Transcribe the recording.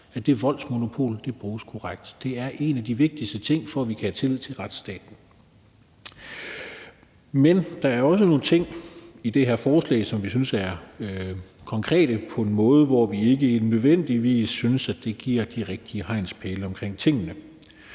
at det voldsmonopol bruges korrekt. Det er en af de vigtigste ting, for at vi kan have tillid til retsstaten. Men der er også nogle ting i det her forslag, som vi synes er konkrete på en måde, som vi ikke nødvendigvis synes giver de rigtige hegnspæle omkring tingene.